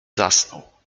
zasnął